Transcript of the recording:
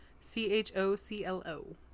C-H-O-C-L-O